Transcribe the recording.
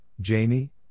Jamie